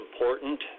important